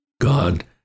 God